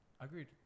Agreed